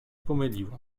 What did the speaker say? pomyliłam